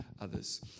others